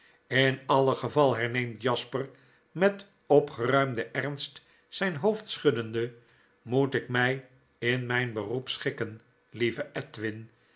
jn alle geval herneemt jasper met opgeruimden ernst zyn hoofd schuddende moet ik mij in mfln beroep schikken lieve edwin